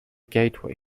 gateway